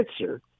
answer